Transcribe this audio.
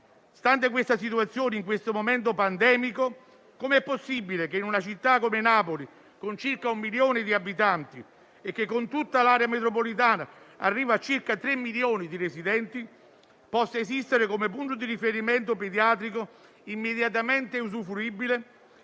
Stante questa situazione, nell'attuale momento pandemico, come è possibile che in una città come Napoli, con circa un milione di abitanti e che, con tutta l'area metropolitana, arriva a circa 3 milioni di residenti, possa esistere, come punto di riferimento pediatrico immediatamente usufruibile